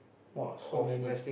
!wah! so many